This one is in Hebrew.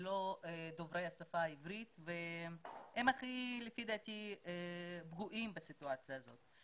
שהם לא דוברי השפה העברית ולפי דעתי הם הכי פגועים בסיטואציה הזאת.